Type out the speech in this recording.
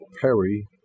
Perry